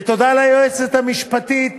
ותודה ליועצת המשפטית